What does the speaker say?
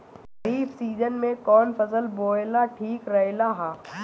खरीफ़ season में कौन फसल बोअल ठिक रहेला ह?